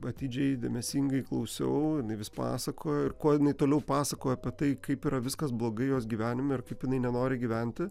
atidžiai dėmesingai klausiau jinai vis pasakojo ir kuo jinai toliau pasakojo apie tai kaip yra viskas blogai jos gyvenime ir kaip jinai nenori gyventi